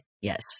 Yes